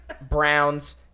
Browns